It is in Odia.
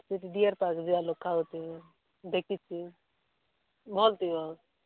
ସେଠି ଡିଅର୍ ପାର୍କ ଯିବା ଲୋକ ଆସୁଥିବେ ଦେଖିଛି ଭଲ୍ ଥିବ